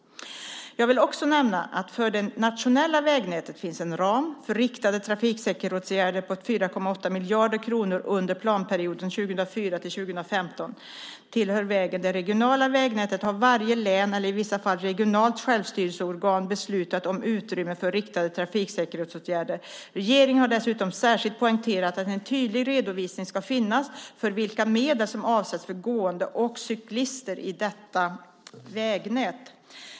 Jag vill också nämna att det för det nationella vägnätet finns en ram för riktade trafiksäkerhetsåtgärder på 4,8 miljarder kronor under planperioden 2004-2015. Tillhör vägen det regionala vägnätet har varje län eller i vissa fall regionalt självstyrelseorgan beslutat om utrymme för riktade trafiksäkerhetsåtgärder. Regeringen har dessutom särskilt poängterat att en tydlig redovisning ska finnas för vilka medel som avsätts för gående och cyklister i detta vägnät.